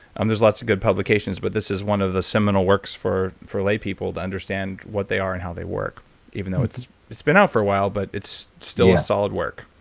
um there's lot of good publications, but this is one of the seminal works for for lay people to understand what they are and how they work even though it's it's been out for a while, but it's still solid work.